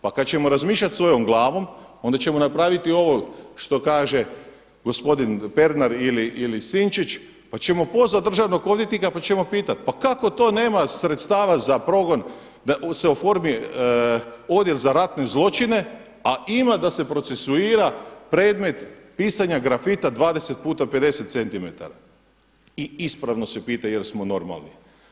Pa kada ćemo razmišljati svojom glavom onda ćemo napraviti ovo što kaže gospodin Pernar ili Sinčić pa ćemo pozvati državnog odvjetnika pa ćemo pitati, pa kako to nema sredstava za progon da se oformi odjel za ratne zločine, a ima da se procesuira predmet pisanja grafita 20 puta 50 centimetara i ispravno se pita jel smo normalni.